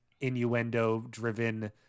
innuendo-driven